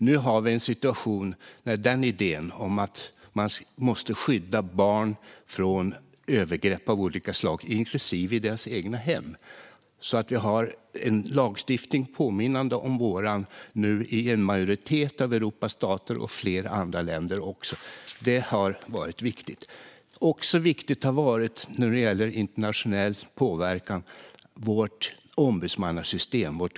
Nu har vi en situation där idén om att man måste skydda barn från övergrepp av olika slag, även i deras egna hem, avspeglas i en lagstiftning påminnande om vår i en majoritet av Europas stater och även i flera andra länder. Detta har varit viktigt. När det gäller internationell påverkan har också vårt ombudsmannasystem varit viktigt.